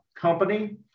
company